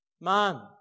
man